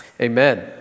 amen